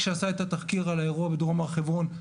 כשעשה את התחקיר על האירוע בדרום הר חברון,